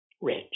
rich